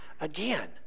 Again